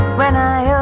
when ah